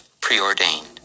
preordained